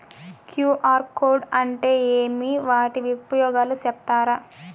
QR code అంటే ఏమి వాటి ఉపయోగాలు సెప్తారా?